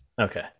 okay